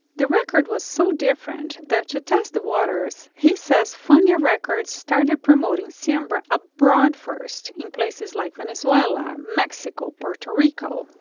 the record was so different that you test the waters. he says funnier records started promoting sambora abroad first in places like venezuela mexico puerto rico.